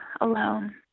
alone